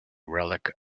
relic